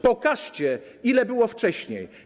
Pokażcie, ile było wcześniej.